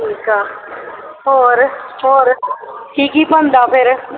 ਠੀਕ ਆ ਹੋਰ ਹੋਰ ਕੀ ਕੀ ਬਣਦਾ ਫਿਰ